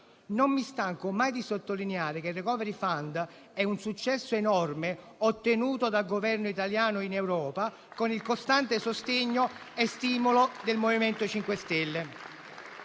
Non mi stanco mai di sottolineare che il *recovery fund* è un successo enorme ottenuto dal Governo italiano in Europa, con il costante sostegno e stimolo del MoVimento 5 Stelle.